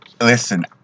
Listen